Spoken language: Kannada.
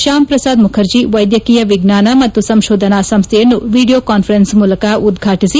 ಶ್ಯಾಂ ಪ್ರಸಾದ್ ಮುಖರ್ಜಿ ವೈದ್ಯಕೀಯ ವಿಜ್ಞಾನ ಮತ್ತು ಸಂಶೋಧನಾ ಸಂಸ್ಡೆಯನ್ನು ವಿದಿಯೋ ಕಾನ್ವರೆನ್ಸ್ ಮೂಲಕ ಉದ್ಬಾಟಿಸಿದರು